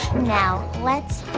now let's